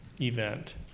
event